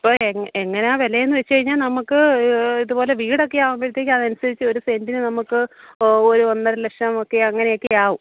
ഇപ്പോൾ എങ് എങ്ങനെയാണ് വില എന്ന് വെച്ച് കഴിഞ്ഞാൽ നമുക്ക് ഇത്പോലെ വീടൊക്കെ ആകുമ്പോഴത്തേക്ക് അതനുസരിച്ച് ഒരു സെന്റിന് നമുക്ക് ഒരു ഒന്നര ലക്ഷം ഒക്കെ അങ്ങനെ ഒക്കെ ആകും